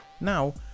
now